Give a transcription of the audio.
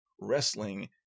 wrestling